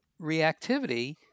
reactivity